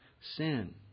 sin